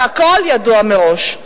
והכול ידוע מראש.